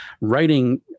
writing